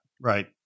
right